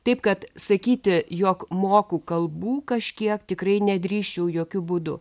taip kad sakyti jog moku kalbų kažkiek tikrai nedrįsčiau jokiu būdu